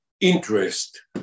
interest